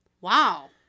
Wow